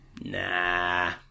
nah